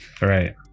right